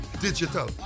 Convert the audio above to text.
digital